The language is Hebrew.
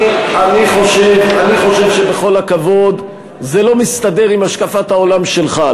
אני חושב שבכל הכבוד זה לא מסתדר עם השקפת העולם שלך,